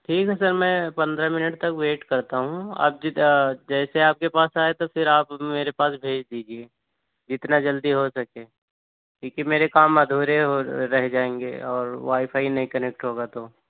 ٹھیک ہے سر میں پندرہ منٹ تک ویٹ کرتا ہوں آپ جیسے آپ کے پاس آئے تو پھر آپ میرے پاس بھیج دیجییے جتنا جلدی ہو سکے کیونکہ میرے کام ادھورے رہ جائیں گے اور وائی فائی نہیں کنیکٹ ہوگا تو